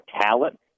talent